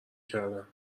کردم